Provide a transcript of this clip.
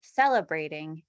celebrating